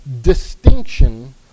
Distinction